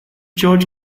george